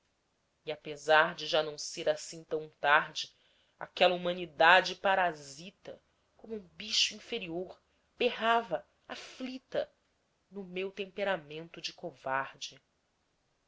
e apesar de já não ser assim tão tarde aquela humanidade parasita como um bicho inferior berrava aflita no meu temperamento de covarde